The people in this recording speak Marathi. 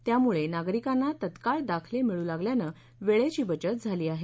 त्यामुळे नागरिकांना तत्काळ दाखले मिळू लागल्यानं वेळेची बचत झाली आहे